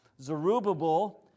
Zerubbabel